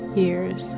year's